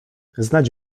znać